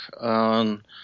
on